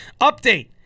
Update